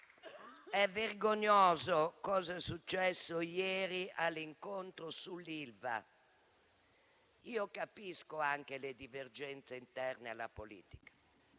È vergognoso ciò che è successo ieri all'incontro sull'Ilva. Io capisco le divergenze interne alla politica.